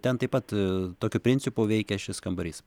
ten taip pat aaa tokiu principu veikia šis kambarys